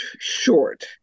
short